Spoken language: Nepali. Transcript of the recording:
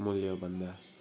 मूल्यभन्दा